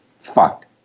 fucked